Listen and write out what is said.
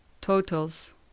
Totals